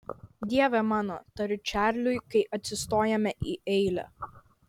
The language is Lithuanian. dieve mano tariu čarliui kai atsistojame į eilę